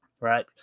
right